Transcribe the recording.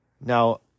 Now